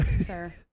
sir